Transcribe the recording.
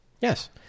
Yes